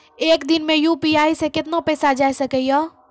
एक दिन मे यु.पी.आई से कितना पैसा जाय सके या?